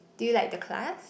do you like the class